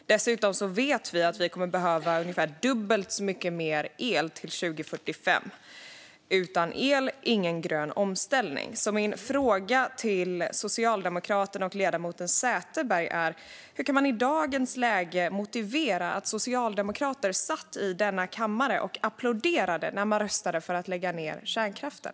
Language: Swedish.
Dessutom vet vi att vi kommer att behöva ungefär dubbelt så mycket el till 2045 - för utan el, ingen grön omställning. Min fråga till den socialdemokratiska ledamoten Sätherberg är: Hur kan man i dagens läge motivera att socialdemokrater satt i denna kammare och applåderade när man röstade för att lägga ned kärnkraften?